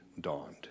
dawned